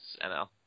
ML